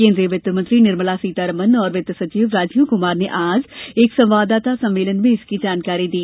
केन्द्रीय वित्त मंत्री निर्मला सीतारमण और वित्त सचिव राजीव कुमार ने आज एक संवाददाता सम्मेलन में इसकी जानकारी दी